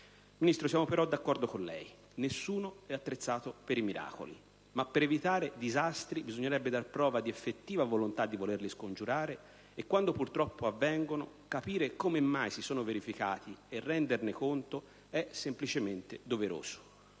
Ministro, siamo però d'accordo con lei: nessuno è attrezzato per i miracoli, ma per evitare disastri bisognerebbe dar prova di effettiva volontà di volerli scongiurare; inoltre, quando purtroppo avvengono, capire come mai si sono verificati e renderne conto è semplicemente doveroso.